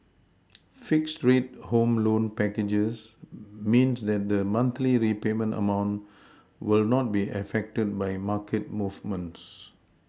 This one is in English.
fixed rate home loan packages means that the monthly repayment amount will not be affected by market movements